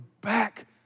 back